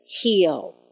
heal